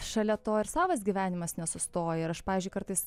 šalia to ir savas gyvenimas nesustoja ir aš pavyzdžiui kartais